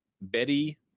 Betty